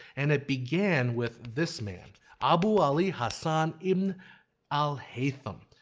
and it began with this man abu ali hasan ibn al-haitham,